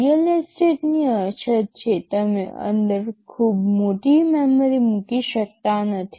real એસ્ટેટની અછત છે તમે અંદર ખૂબ મોટી મેમરી મૂકી શકતા નથી